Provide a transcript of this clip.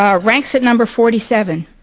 um ranks at number forty seven.